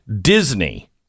Disney